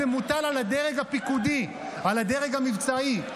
זה מוטל על הדרג הפיקודי, על הדרג המבצעי.